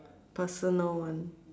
personal one